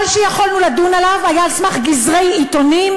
כל שיכולנו לדון עליו היה על סמך גזרי עיתונים,